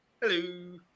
hello